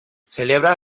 celebra